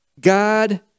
God